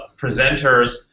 presenters